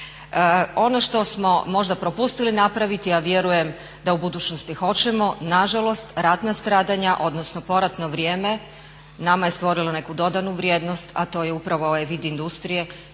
Ono što smo možda propustili napraviti, a vjerujem da u budućnosti hoćemo, nažalost ratna stradanja, odnosno poratno vrijeme nama je stvorilo neku dodanu vrijednost a to je upravo ovaj vid industrije